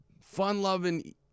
fun-loving